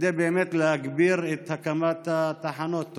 כדי באמת להגביר את הקמת התחנות?